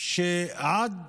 שעד